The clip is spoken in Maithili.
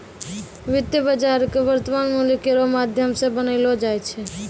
वित्तीय बाजार क वर्तमान मूल्य केरो माध्यम सें बनैलो जाय छै